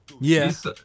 yes